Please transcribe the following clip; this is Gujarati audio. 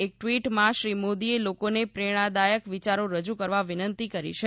એક ટ઼વીટમાં શ્રીમોદીએ લોકોને પ્રેરણાદાયક વિચારો રજુ કરવા વિનંતી કરી છે